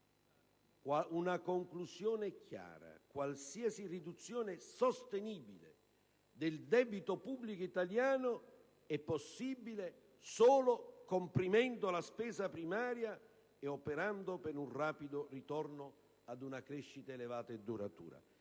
una conclusione è chiara: qualsiasi riduzione sostenibile del debito pubblico italiano è possibile solo comprimendo la spesa primaria e operando per un rapido ritorno ad una crescita elevata e duratura.